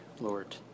Lord